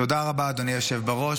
תודה רבה, אדוני היושב בראש.